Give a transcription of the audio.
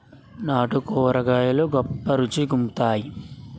నాటు కూరగాయలు గొప్ప రుచి గుంత్తై